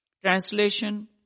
Translation